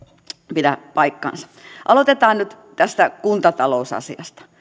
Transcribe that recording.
pidä paikkaansa aloitetaan nyt tästä kuntatalousasiasta